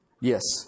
Yes